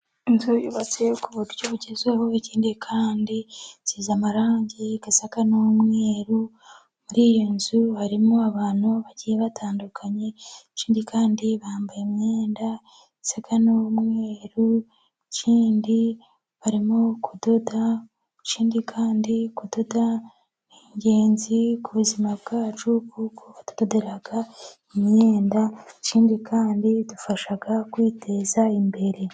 Inzu yubatse ku buryo bugezweho ikindi kandi isize amarangi asa n'umweru, muri iyo nzu harimo abantu bagiye batandukanye ikindi kandi bambaye imyenda isa n'umweru. Ikindi barimo kudoda ikindi kandi kudoda ni ingenzi ku buzima bwacu kuko batudodera imyenda, ikindi kandi bidufasha kwiteza imbere.